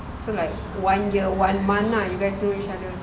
so like one year one month you guys you know each other